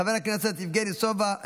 חבר הכנסת יבגני סובה,